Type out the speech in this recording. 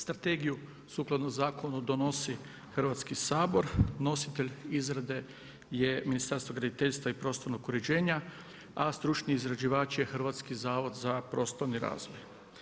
Strategiju sukladno zakonu donosi Hrvatski sabor, nositelj izrade je Ministarstvo graditeljstva i prostornog uređenja, a stručni izrađivač je Hrvatski zavod za prostorni razvoj.